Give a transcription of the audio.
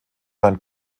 sein